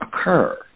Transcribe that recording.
occur